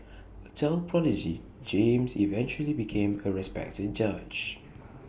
A child prodigy James eventually became A respected judge